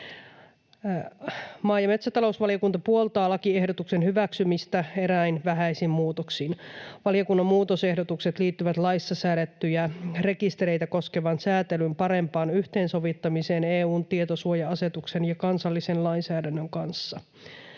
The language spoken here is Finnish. Maa- ja metsätalousvaliokunta puoltaa lakiehdotuksen hyväksymistä eräin vähäisin muutoksin. Valiokunnan muutosehdotukset liittyvät laissa säädettyjä rekistereitä koskevan säätelyn parempaan yhteensovittamiseen EU:n tietosuoja-asetuksen ja kansallisen lainsäädännön kanssa.